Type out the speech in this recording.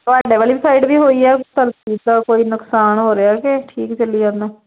ਤੁਹਾਡੇ ਵਾਲੀ ਸਾਈਡ ਵੀ ਹੋਈ ਹੈ ਕੋਈ ਨੁਕਸਾਨ ਹੋ ਰਿਹਾ ਕਿ ਠੀਕ ਚੱਲੀ ਜਾਂਦਾ